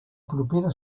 propera